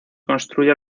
construye